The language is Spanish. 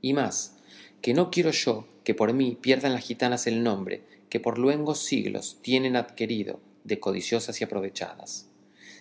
y más que no quiero yo que por mí pierdan las gitanas el nombre que por luengos siglos tienen adquerido de codiciosas y aprovechadas